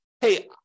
hey